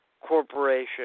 corporation